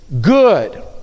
good